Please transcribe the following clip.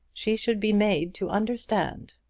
she should be made to understand.